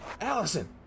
Allison